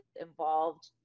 involved